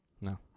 No